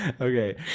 Okay